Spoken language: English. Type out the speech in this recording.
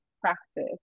practice